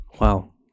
Wow